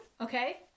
Okay